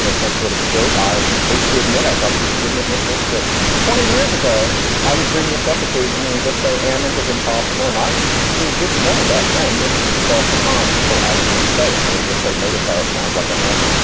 you know some sort of joke. i hate to admit i probably shouldn't admit this, that twenty years ago i would bring this up occasionally and just say ammend is impossible. and i actually didn't know back then that across the pond people actually say it. and i would just say, notice how it sounds like american.